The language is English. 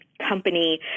company